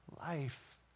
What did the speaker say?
life